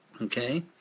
Okay